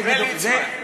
זה ליצמן, זה ליצמן.